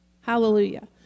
hallelujah